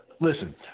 listen